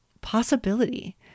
possibility